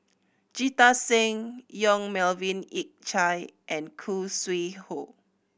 Jita Singh Yong Melvin Yik Chye and Khoo Sui Hoe